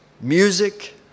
Music